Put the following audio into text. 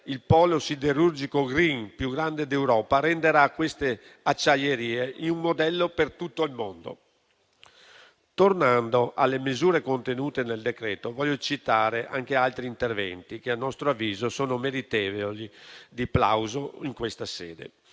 il polo siderurgico *green* più grande d'Europa renderà queste acciaierie un modello per tutto il mondo. Tornando alle misure contenute nel decreto, voglio citare anche altri interventi a nostro avviso meritevoli di plauso in questa sede.